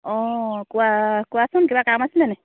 অঁ কোৱা কোৱাচোন কিবা কাম আছিলে নেকি